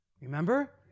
Remember